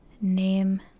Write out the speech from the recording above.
name